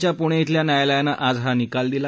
च्या प्णे इथल्या न्यायालयानं आज हा निकाल दिला